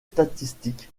statistiques